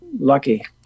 lucky